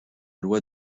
loi